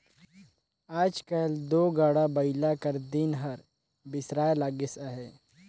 आएज काएल दो गाड़ा बइला कर दिन हर बिसराए लगिस अहे